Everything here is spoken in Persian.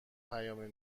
پیام